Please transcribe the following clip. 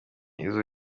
izo